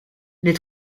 les